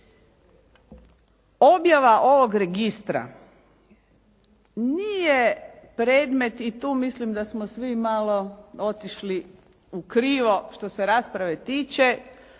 Objava ovog registra nije predmet i tu mislim da smo svi malo otišli u krivo što se rasprave tiče,